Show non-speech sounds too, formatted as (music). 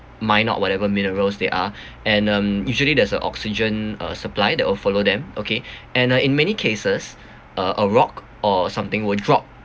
mine out whatever minerals there are (breath) and um usually there's a oxygen uh supply that will follow them okay (breath) and uh in many cases uh a rock or something would drop